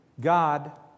God